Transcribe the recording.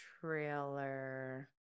trailer